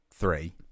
three